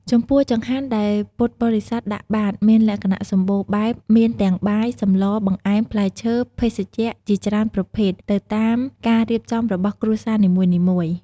ចំពោះចង្ហាន់ដែលពុទ្ធបរិស័ទដាក់បាត មានលក្ខណៈសម្បូរបែបមានទាំង បាយ សម្លរ បង្អែម ផ្លែឈើ ភេសជ្ជៈ ជាច្រើនប្រភេទ ទៅតាមការរៀបចំរបស់គ្រួសារនីមួយៗ។